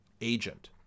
agent